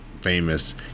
famous